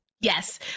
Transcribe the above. Yes